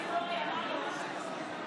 שמתם את כל הביצים בסל של גנץ.